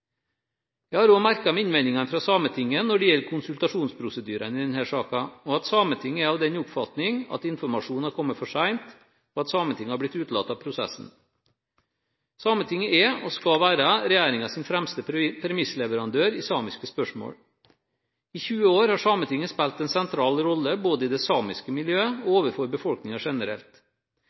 Jeg har også merket meg innvendingene fra Sametinget når det gjelder konsultasjonsprosedyrene i denne saken, at Sametinget er av den oppfatning at informasjon har kommet for sent, og at Sametinget har blitt utelatt av prosessen. Sametinget er, og skal være, regjeringens fremste premissleverandør i samiske spørsmål. I 20 år har Sametinget spilt en sentral rolle både i det samiske miljøet og overfor befolkningen generelt.